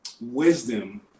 wisdom